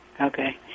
Okay